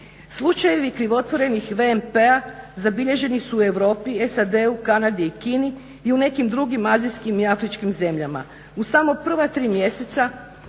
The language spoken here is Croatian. Slučajevi krivotvorenih VMP-a zabilježeni su u Europi, SAD-u, Kanadi i Kini i u nekim drugim azijskim i afričkim zemljama. U samo prva tri mjeseca